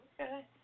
Okay